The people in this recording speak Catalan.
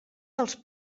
dels